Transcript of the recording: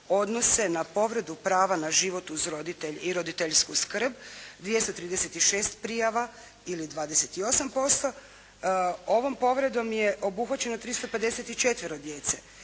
odnose na povredu prava na život uz roditelje i roditeljsku skrb, 236 prijava ili 28%. Ovom povredom je obuhvaćeno 354 djece.